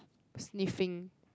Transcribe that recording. sniffing